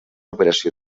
operació